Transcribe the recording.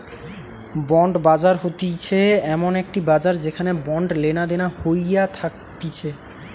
bond বাজার হতিছে এমন একটি বাজার যেখানে বন্ড লেনাদেনা হইয়া থাকতিছে